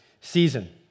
season